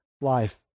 life